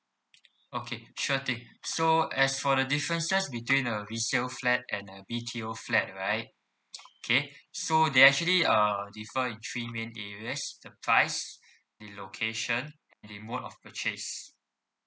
okay sure thing so as for the differences between a resale flat and a B_T_O flat right okay so they actually uh differ in three main areas the price the location the mode of purchase